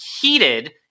heated